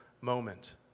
moment